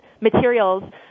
materials